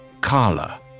Carla